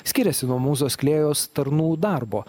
skiriasi nuo mūzos klėjos tarnų darbo